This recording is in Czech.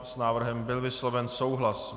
S návrhem byl vysloven souhlas.